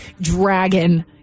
dragon